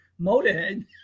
motorhead